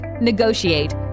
negotiate